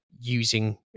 using